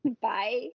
Bye